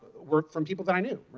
were from people that i knew.